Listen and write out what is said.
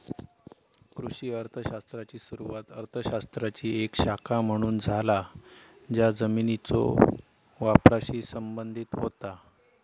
कृषी अर्थ शास्त्राची सुरुवात अर्थ शास्त्राची एक शाखा म्हणून झाला ज्या जमिनीच्यो वापराशी संबंधित होता